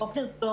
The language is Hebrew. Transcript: בוקר טוב.